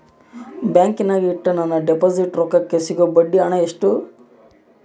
ಬ್ಯಾಂಕಿನಾಗ ಇಟ್ಟ ನನ್ನ ಡಿಪಾಸಿಟ್ ರೊಕ್ಕಕ್ಕೆ ಸಿಗೋ ಬಡ್ಡಿ ಹಣ ಎಷ್ಟು?